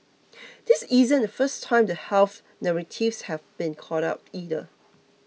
this isn't the first time the health narratives have been called out either